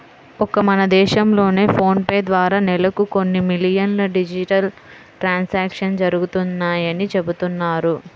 ఒక్క మన దేశంలోనే ఫోన్ పే ద్వారా నెలకు కొన్ని మిలియన్ల డిజిటల్ ట్రాన్సాక్షన్స్ జరుగుతున్నాయని చెబుతున్నారు